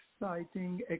exciting